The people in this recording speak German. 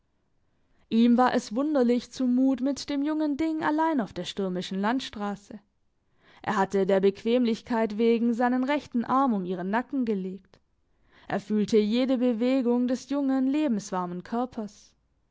ihm war es wunderlich zu mut mit dem jungen ding allein auf der stürmischen landstrasse er hatte der bequemlichkeit wegen seinen rechten arm um ihren nacken gelegt er fühlte jede bewegung des jungen lebenswarmen körpers